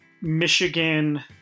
Michigan